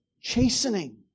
chastening